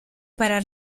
para